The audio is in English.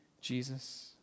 Jesus